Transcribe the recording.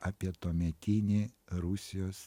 apie tuometinį rusijos